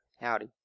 Howdy